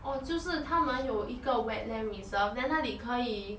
orh 就是他们有一个 wetland reserve then 那里可以